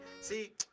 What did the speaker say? See